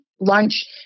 lunch